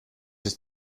ist